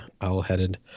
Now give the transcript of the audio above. owl-headed